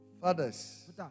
Fathers